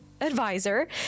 advisor